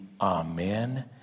amen